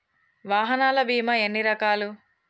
వాహనాల బీమా ఎన్ని రకాలు?